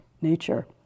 nature